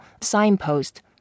signpost